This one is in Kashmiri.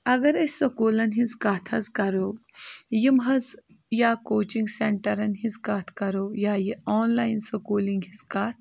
اگر أسۍ سکوٗلَن ہِنٛز کَتھ حظ کَرو یِم حظ یا کوچِنٛگ سینٹَرَن ہِنٛز کَتھ کَرو یا یہِ آنلایِن سکوٗلِنٛگ ہِنٛز کَتھ